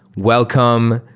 welcome.